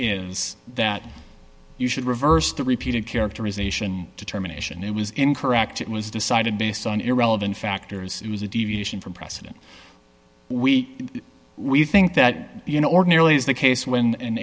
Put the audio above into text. is that you should reverse the repeated characterization determination it was incorrect it was decided based on irrelevant factors it was a deviation from precedent we we think that you know ordinarily is the case when an